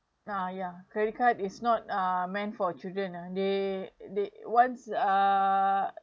uh ya credit card is not uh meant for children ah they they once err